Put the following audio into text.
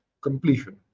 completion